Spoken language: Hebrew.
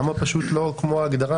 למה פשוט לא כמו ההגדרה: